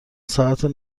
ساعت